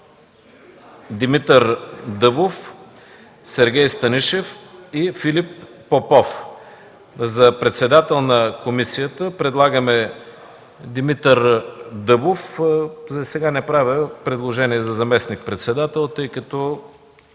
Димитър Дъбов, Сергей Станишев и Филип Попов. За председател на комисията предлагаме Димитър Дъбов. Засега не правя предложение за заместник-председател, тъй като